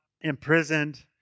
imprisoned